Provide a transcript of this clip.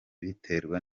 biterwa